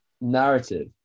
narrative